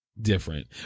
different